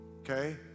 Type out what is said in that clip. okay